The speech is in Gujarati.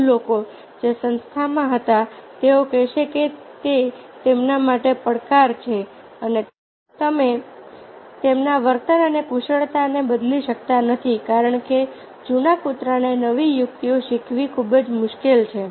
વૃદ્ધ લોકો જે સંસ્થામાં હતા તેઓ કહેશે કે તે તેમના માટે પડકાર છે અને તમે તેમના વર્તન અને કુશળતાને બદલી શકતા નથી કારણ કે જૂના કૂતરાને નવી યુક્તિઓ શીખવવી ખૂબ મુશ્કેલ છે